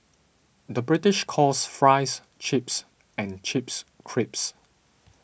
the British calls Fries Chips and Chips Crisps